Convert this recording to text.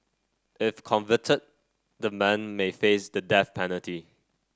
if convicted the men may face the death penalty